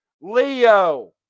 Leo